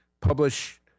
publish